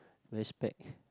respect